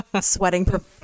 sweating